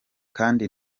kandi